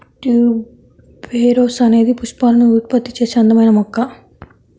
tuberose అనేది పుష్పాలను ఉత్పత్తి చేసే అందమైన మొక్క